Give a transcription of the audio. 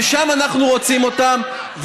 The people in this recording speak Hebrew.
ששם אנחנו רוצים אותם,